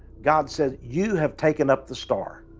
god said you have taken up the star,